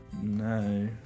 No